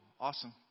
awesome